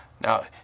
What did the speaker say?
Now